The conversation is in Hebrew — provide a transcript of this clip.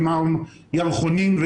ירחונים,